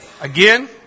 Again